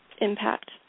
impact